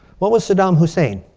what was saddam hussein?